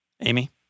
Amy